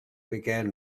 began